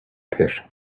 pit